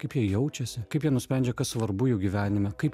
kaip jie jaučiasi kaip jie nusprendžia kas svarbu jų gyvenime kaip